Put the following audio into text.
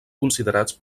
considerats